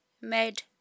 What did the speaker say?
made